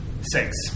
six